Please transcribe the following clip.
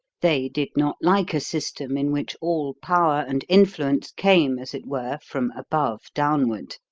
they did not like a system in which all power and influence came, as it were, from above downward.